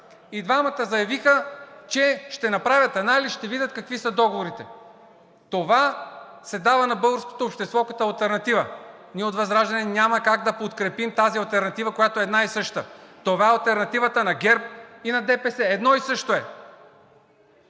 И двамата заявиха, че ще направят анализ, ще видят какви са договорите. Това се дава на българското общество като алтернатива. Ние от ВЪЗРАЖДАНЕ няма как да подкрепим тази алтернатива, която е една и съща – това е алтернативата на ГЕРБ и на ДПС. Едно и също е,